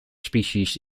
species